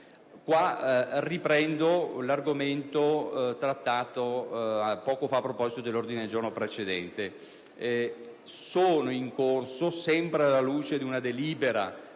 Riprendo l'argomento trattato poco fa, a proposito dell'ordine del giorno precedente. Sempre alla luce di una delibera